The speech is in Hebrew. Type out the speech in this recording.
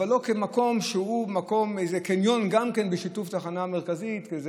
אבל לא כמקום שהוא איזה קניון בשיתוף תחנה המרכזית,